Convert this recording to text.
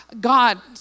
God